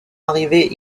arrivée